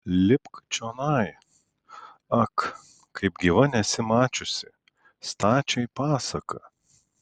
lipk čionai ak kaip gyva nesi mačiusi stačiai pasaka